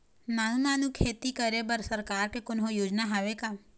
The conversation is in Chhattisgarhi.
नानू नानू खेती करे बर सरकार के कोन्हो योजना हावे का?